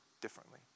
differently